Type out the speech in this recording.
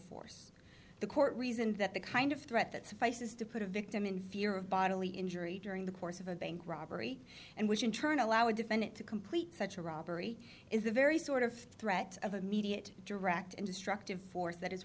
force the court reason that the kind of threat that suffices to put a victim in fear of bodily injury during the course of a bank robbery and which in turn allow a defendant to complete such a robbery is the very sort of threat of immediate direct and destructive force that is